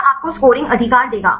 यह आपको स्कोरिंग अधिकार देगा